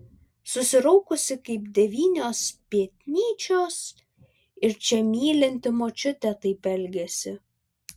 susiraukusi kaip devynios pėtnyčios ir čia mylinti močiutė taip elgiasi